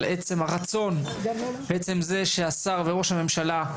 אבל עצם הרצון ועצם זה שהשר וראש הממשלה,